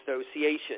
association